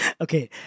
Okay